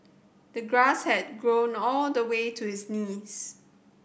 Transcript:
the grass had grown all the way to his knees